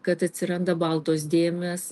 kad atsiranda baltos dėmės